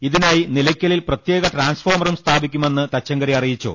ഇതിനായി നിലയ്ക്കലിൽ പ്രത്യേക ട്രാൻസ്ഫോർമറും സ്ഥാപിക്കുമെന്ന് തച്ചങ്കരി അറിയി ച്ചു